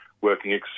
working